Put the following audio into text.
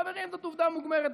חברים, זאת עובדה מוגמרת.